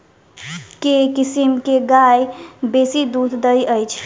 केँ किसिम केँ गाय बेसी दुध दइ अछि?